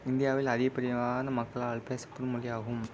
இந்தியாவில் அதிகப்படியான மக்களால் பேசப்படும் மொழி ஆகும்